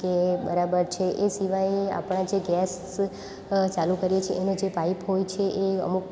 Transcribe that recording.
કે બરાબર છે એ સિવાય આપણાં જે ગેસ ચાલુ કરીએ છે એને જે પાઇપ હોય છે એ અમુક